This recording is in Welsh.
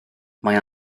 mae